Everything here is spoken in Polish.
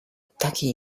takiej